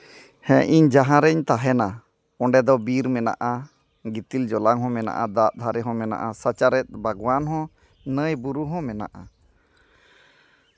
ᱦᱮᱸ ᱤᱧ ᱡᱟᱦᱟᱸ ᱨᱮᱧ ᱛᱟᱦᱮᱱᱟ ᱚᱸᱰᱮ ᱫᱚ ᱵᱤᱨ ᱢᱮᱱᱟᱜᱼᱟ ᱜᱤᱛᱤᱞ ᱡᱚᱞᱟ ᱦᱚᱸ ᱢᱮᱱᱟᱜᱼᱟ ᱫᱟᱜ ᱫᱷᱟᱨᱮ ᱦᱚᱸ ᱢᱮᱱᱟᱜᱼᱟ ᱥᱟᱪᱟᱨᱦᱮᱫ ᱵᱟᱜᱽᱣᱟᱱ ᱦᱚᱸ ᱱᱟᱹᱭ ᱵᱩᱨᱩ ᱦᱚᱸ ᱢᱮᱱᱟᱜᱼᱟ